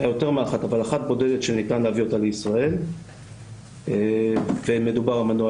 יותר מאחת אבל אחת בודדת שניתן להביא אותה לישראל ומדובר על מנוע